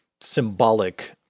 symbolic